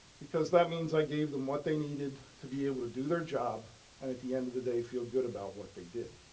because that means i gave them what they needed to be able to do their job and at the end of the day feel good about what they did.